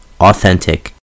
authentic